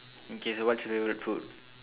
okay what's your favourite food